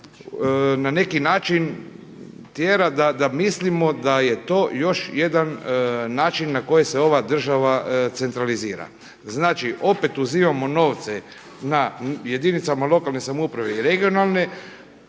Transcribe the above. na neki način tjera da mislimo da je to još jedan način na koji se ova država centralizira. Znači opet uzimamo novce na jedinicama lokalne samouprave i regionalne,